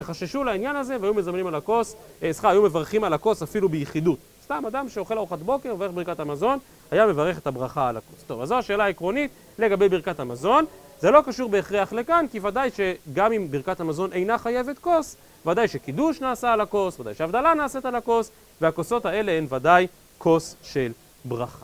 חששו על העניין הזה והיו מזמנים על הכוס, סליחה, היו מברכים על הכוס אפילו ביחידות, סתם אדם שאוכל ארוחת בוקר, מברך בריכת המזון, היה מברך את הברכה על הכוס. טוב, אז זו השאלה העקרונית לגבי ברכת המזון, זה לא קשור בהכרח לכאן, כי ודאי שגם אם ברכת המזון אינה חייבת כוס, ודאי שקידוש נעשה על הכוס, ודאי שההבדלה נעשית על הכוס, והכוסות האלה הם ודאי כוס של ברכה.